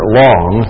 long